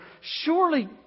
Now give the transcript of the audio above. surely